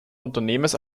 unternehmers